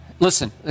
Listen